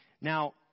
Now